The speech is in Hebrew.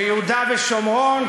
ויהודה ושומרון,